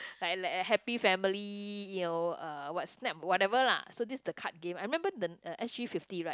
like like a happy family you know uh what snap or whatever lah so this the card game I remember the uh S_G fifty right